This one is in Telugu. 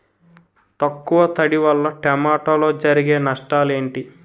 తక్కువ తడి వల్ల టమోటాలో జరిగే నష్టాలేంటి?